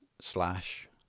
slash